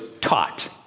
taught